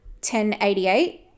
1088